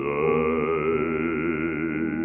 die